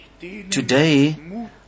Today